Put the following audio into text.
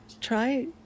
try